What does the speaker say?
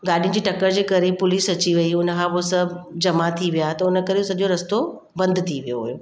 गाॾियुनि जी टकर जे करे पुलिस अची वई हुन खां पोइ सभु जमा थी विया त हुन करे सॼो रस्तो बंदि थी वियो हुओ